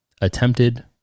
attempted